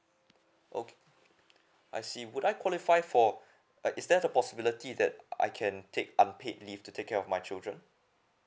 okay I see would I qualify for but is there's a possibility that I can take unpaid leave to take care of my children